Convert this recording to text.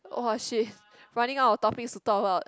!wah! shit running out of topics to talk about